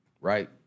right